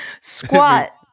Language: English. Squat